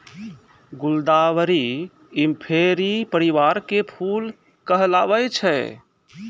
गुलदावरी इंफेरी परिवार के फूल कहलावै छै